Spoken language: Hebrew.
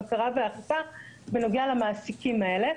הבקרה ואכיפה בנוגע למעסיקים האלה.